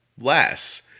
less